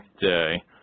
day